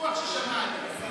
בטוח ששמעתם.